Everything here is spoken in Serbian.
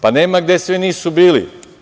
Pa, nema gde sve nisu bili.